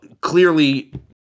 clearly